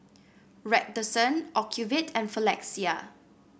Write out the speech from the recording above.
Redoxon Ocuvite and Floxia